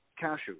cashew